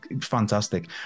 fantastic